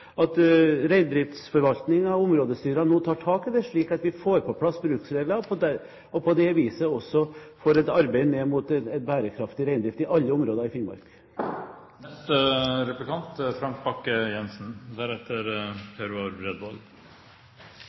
mitt, at reindriftsforvaltningen, områdestyrene, nå tar tak i det, slik at vi får på plass bruksregler, og på det viset også får et arbeid mot en bærekraftig reindrift i alle områder i Finnmark.